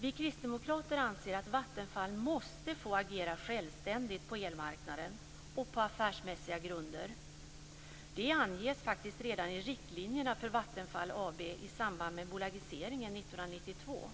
Vi kristdemokrater anser att Vattenfall måste få agera självständigt på elmarknaden och på affärsmässiga grunder. Det anges faktiskt redan i riktlinjerna för Vattenfall AB i samband med bolagiseringen 1992.